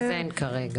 אז אין כרגע.